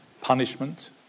Punishment